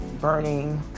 burning